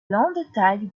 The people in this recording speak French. landtag